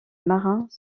marins